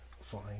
fine